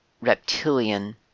reptilian